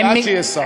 עד שיהיה שר.